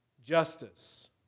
justice